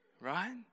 right